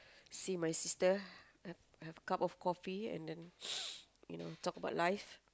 see my sister have have cup of coffee and then you know talk about life